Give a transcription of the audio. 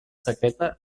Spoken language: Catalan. secreta